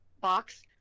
box